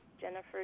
Jennifer